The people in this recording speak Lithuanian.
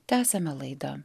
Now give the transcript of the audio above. tęsiame laidą